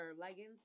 leggings